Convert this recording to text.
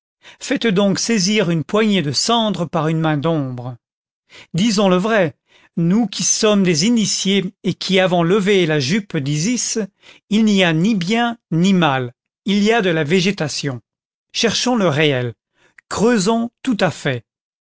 faites donc saisir une poignée de cendre par une main d'ombre disons le vrai nous qui sommes des initiés et qui avons levé la jupe d'isis il n'y a ni bien ni mal il y a de la végétation cherchons le réel creusons tout à fait